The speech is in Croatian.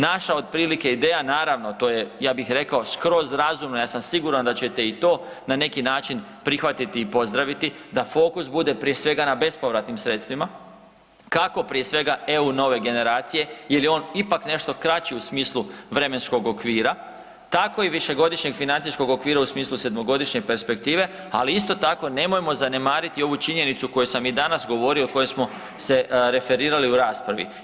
Naša otprilike ideja naravno, to je ja bih rekao, skroz razumna, ja sam siguran da ćete i to na neki način prihvatiti i pozdraviti, da fokus bude prije svega na bespovratnim sredstvima kako prije svega EU nove generacije jer je on ipak nešto kraći u smislu vremenskog okvira, tako i višegodišnjeg financijskog okvir u smislu sedmogodišnje perspektive ali isto tako, nemojmo zanemariti ovu činjenicu koju sam i danas govorio, o kojoj smo se referirali u raspravi.